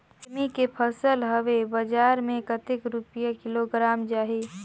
सेमी के फसल हवे बजार मे कतेक रुपिया किलोग्राम जाही?